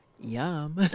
Yum